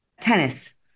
Tennis